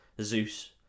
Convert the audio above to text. Zeus